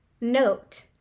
note